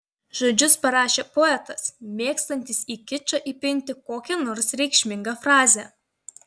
žodžius parašė poetas mėgstantis į kičą įpinti kokią nors reikšmingą frazę